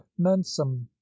mensum